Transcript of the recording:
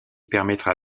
permettra